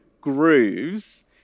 grooves